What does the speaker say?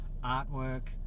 artwork